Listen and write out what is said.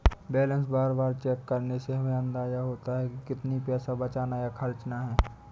balance बार बार check करने से हमे अंदाज़ा होता है की कितना पैसा बचाना या खर्चना है